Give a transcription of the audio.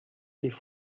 sich